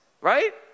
right